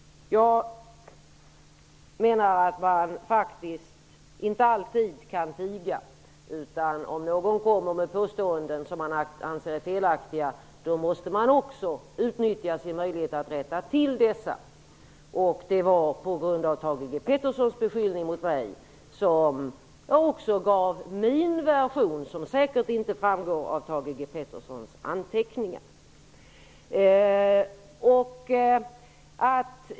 Jag menar faktiskt att man inte alltid kan tiga. Om någon kommer med påståenden som man anser är felaktiga måste man också utnyttja sin möjlighet att rätta till dessa. Det var på grund av Thage G Petersons beskyllning mot mig som jag gav min version av det hela. Den framgår säkert inte av Thage G Petersons anteckningar.